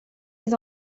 les